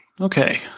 Okay